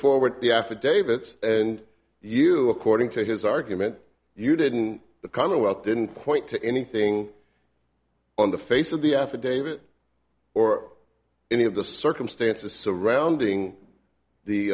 forward the affidavit and you according to his argument you didn't the commonwealth didn't point to anything on the face of the affidavit or any of the circumstances surrounding the